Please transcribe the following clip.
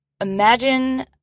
imagine